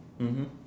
mmhmm